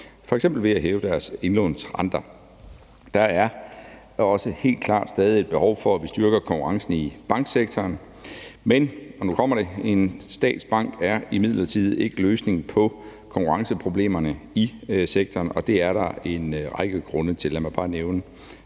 ved at hæve deres indlånsrenter. Der er helt klart også stadig et behov for, at vi styrker konkurrencen i banksektoren, men – og nu kommer det – en statsbank er imidlertid ikke løsningen på konkurrenceproblemerne i sektoren, og det er der en række grunde til, og lad mig bare nævne